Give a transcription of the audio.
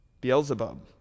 Beelzebub